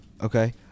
okay